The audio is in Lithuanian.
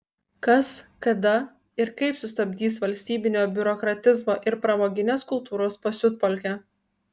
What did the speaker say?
kas kada ir kaip sustabdys valstybinio biurokratizmo ir pramoginės kultūros pasiutpolkę